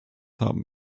haben